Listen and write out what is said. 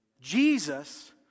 Jesus